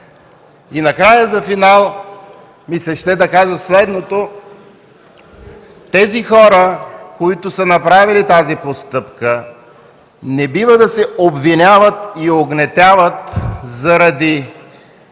И накрая за финал ми се ще да кажа следното – тези хора, които са направили тази постъпка, не бива да се обвиняват и угнетяват заради